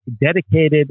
dedicated